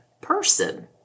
person